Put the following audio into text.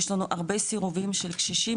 יש לנו הרבה סירובים של קשישים,